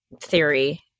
theory